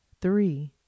three